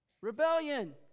Rebellion